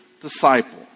disciple